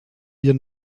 hier